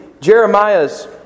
Jeremiah's